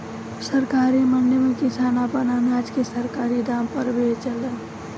सरकारी मंडी में किसान आपन अनाज के सरकारी दाम पर बेचेलन